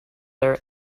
their